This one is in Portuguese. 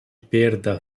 perda